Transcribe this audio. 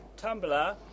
Tumblr